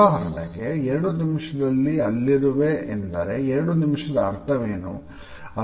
ಉದಾಹರಣೆಗೆ ಎರಡು ನಿಮಿಷದಲ್ಲಿ ಅಲ್ಲಿರುವೆ ಎಂದರೆ ಎರಡು ನಿಮಿಷದ ಅರ್ಥವೇನು